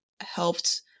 helped